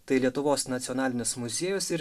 tai lietuvos nacionalinis muziejus ir